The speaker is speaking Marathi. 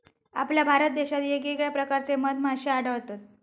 आपल्या भारत देशात येगयेगळ्या प्रकारचे मधमाश्ये आढळतत